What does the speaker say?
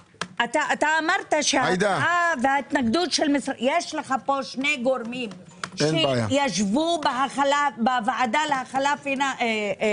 אמרת שההתנגדות יש לך פה שני גורמים שישבו בוועדה ל- -- כלכלית,